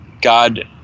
god